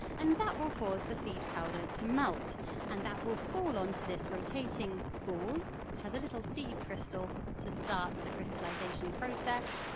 and that will cause the feed powder to melt and that will fall onto this rotating ball which has a little seed crystal to start the crystallisation process.